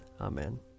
Amen